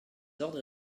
ordres